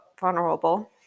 vulnerable